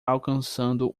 alcançando